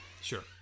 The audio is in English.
sure